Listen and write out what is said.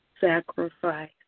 sacrifice